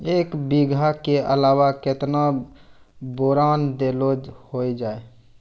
एक बीघा के अलावा केतना बोरान देलो हो जाए?